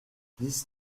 dix